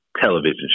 television